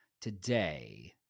today